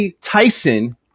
Tyson